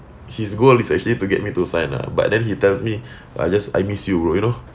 his goal is actually to get me to sign ah but then he tells me I just I miss you bro you know